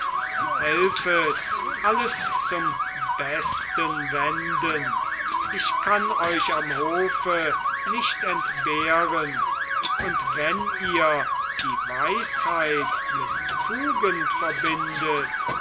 helfet alles zum besten wenden ich kann euch am hofe nicht entbehren und wenn ihr die weisheit mit tugend verbindet